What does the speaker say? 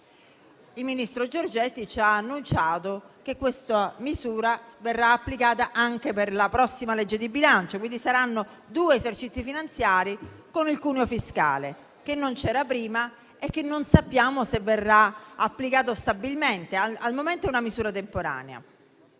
Il ministro Giorgetti ci ha annunciato che verrà applicato anche per la prossima legge di bilancio, quindi vi saranno due esercizi finanziari con una misura che non c'era prima e che non sappiamo se verrà applicata stabilmente (al momento è una misura temporanea).